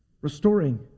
Restoring